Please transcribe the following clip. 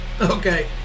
Okay